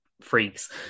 freaks